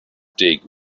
dig